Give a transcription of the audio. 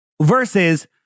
versus